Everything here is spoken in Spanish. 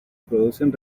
producen